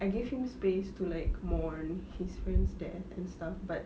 I give him space to like mourn his friend's death and stuff but